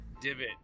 divot